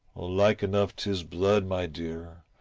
oh like enough tis blood, my dear,